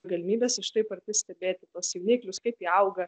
galimybės iš taip arti stebėti tuos jauniklius kaip jie auga